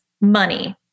money